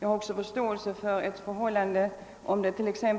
Jag tycker också det är självklart